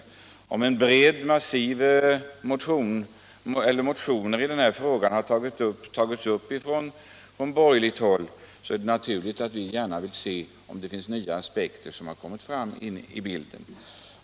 När vi från borgerligt håll har tagit upp denna fråga tidigare i ett antal motioner, så är det väl naturligt att vi gärna vill se om det har tillkommit några nya aspekter på frågan.